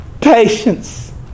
Patience